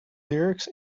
lyrics